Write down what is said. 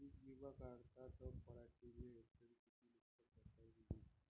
पीक विमा काढला त पराटीले हेक्टरी किती नुकसान भरपाई मिळीनं?